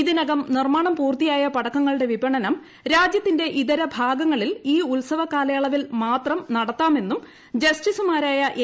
ഇതിനകം നിർമ്മാണം പൂർത്തിയായ പടക്കങ്ങളുടെ വിപണനം രാജ്യത്തിന്റെ ഇതര ഭാഗങ്ങളിൽ ഇൌ ഉത്സവക്കാലയളവിൽ മാത്രം നടത്താമെന്നും ജസ്റ്റീസുമാരായ എ